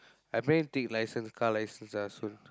I planning take license car license ah soon